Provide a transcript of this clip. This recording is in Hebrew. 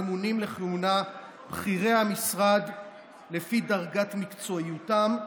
ממונים לכהונה בכירי המשרד לפי דרגת מקצועיותם,